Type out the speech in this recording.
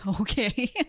Okay